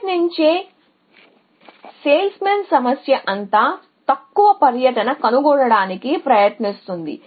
ప్రయాణించే సేల్స్మెన్ సమస్య అంతా తక్కువ పర్యటనను కనుగొనడానికి ప్రయత్నిస్తుంది